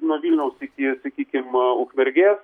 nuo vilniaus iki sakykim a ukmergės